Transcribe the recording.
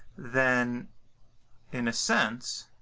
then in a sense,